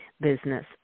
business